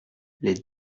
les